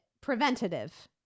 Preventative